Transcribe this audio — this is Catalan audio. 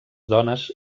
dones